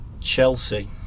Chelsea